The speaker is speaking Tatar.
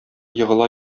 егыла